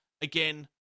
Again